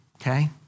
Okay